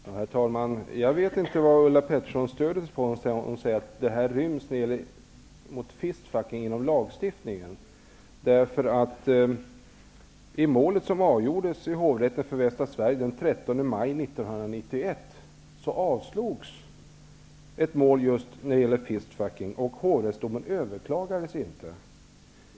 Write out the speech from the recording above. Herr talman! Jag vet inte vad Ulla Pettersson stödjer sig på när hon säger att frågan om fistfucking ryms inom lagstiftningen. I det mål som avgjordes i Hovrätten för Västra Sverige den 13 maj 1991 avslogs åklagarens yrkande som gällde fistfucking. Hovrättsdomen överklagades inte.